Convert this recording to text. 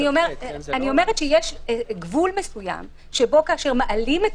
יש גבול מסוים שבו כאשר מעלים את